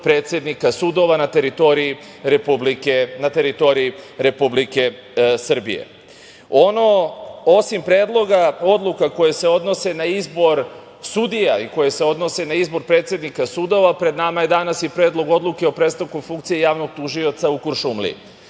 predsednika sudova na teritoriji Republike Srbije. Osim predloga odluka koje se odnose na izbor sudija i koje se odnose na izbor predsednika sudova, pred nama je danas i Predlog odluke o prestanku funkcije javnog tužioca u Kuršumliji.